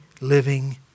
living